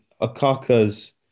Akakas